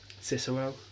Cicero